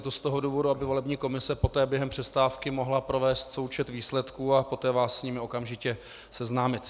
Je to z toho důvodu, aby volební komise poté během přestávky mohla provést součet výsledků a poté vás s nimi okamžitě seznámit.